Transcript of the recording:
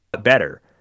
better